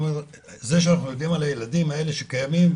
זה שאנחנו יודעים על הילדים האלה שקיימים,